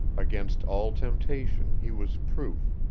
against all temptation he was proof,